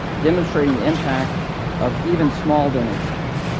demonstrating the impact of even small donations.